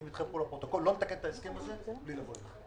מתחייב פה לפרוטוקול שאני לא מתקן את ההסכם הזה בלי לבוא אליכם.